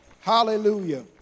Hallelujah